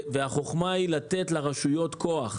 החוכמה היא לתת לרשויות כוח.